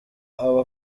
aba